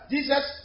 Jesus